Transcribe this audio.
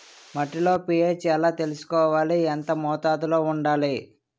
మట్టిలో పీ.హెచ్ ఎలా తెలుసుకోవాలి? ఎంత మోతాదులో వుండాలి?